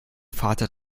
vater